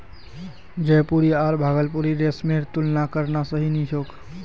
जयपुरी आर भागलपुरी रेशमेर तुलना करना सही नी छोक